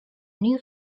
new